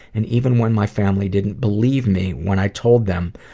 and, even when my family didn't believe me when i told them,